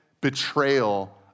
betrayal